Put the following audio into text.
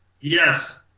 Yes